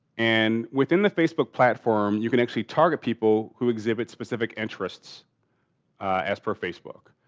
and within the facebook platform, you can actually target people who exhibit specific interests as per facebook.